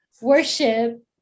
worship